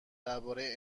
درباره